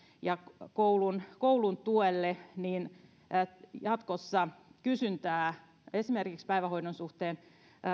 ja koulun koulun tuelle ja jatkossa kysyntää esimerkiksi päivähoidon suhteen